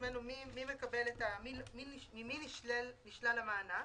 ממי נשלל המענק,